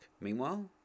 Meanwhile